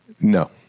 No